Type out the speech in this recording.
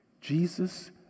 Jesus